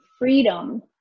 freedom